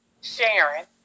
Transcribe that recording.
Sharon